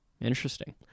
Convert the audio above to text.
Interesting